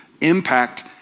impact